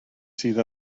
sydd